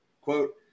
Quote